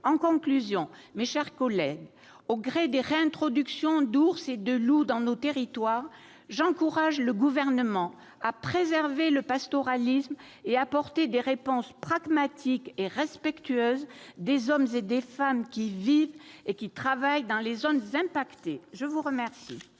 En conclusion, mes chers collègues, au gré des réintroductions d'ours et de loups dans nos territoires, j'encourage le Gouvernement à préserver le pastoralisme et à apporter des réponses pragmatiques et respectueuses des hommes et des femmes qui vivent et qui travaillent dans les zones impactées. La parole